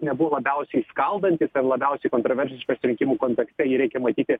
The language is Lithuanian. nebuvo labiausiai skaldantis labiausiai kontroversiškas rinkimų kontekste jį reikia matyti